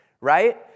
Right